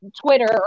Twitter